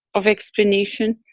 of explanation,